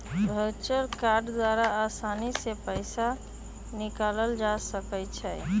virtual card द्वारा असानी से पइसा निकालल जा सकइ छै